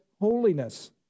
holiness